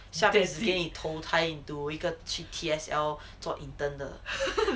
下辈子给你投胎 into 一个去 T_S_L 做 intern 的